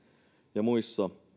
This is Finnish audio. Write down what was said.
ja muissa